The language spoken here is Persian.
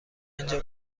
اینجا